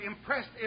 impressed